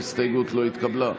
ההסתייגות לא התקבלה.